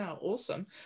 Awesome